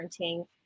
parenting